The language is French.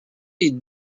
les